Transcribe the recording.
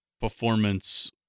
performance